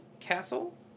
castle